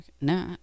No